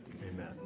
amen